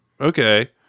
Okay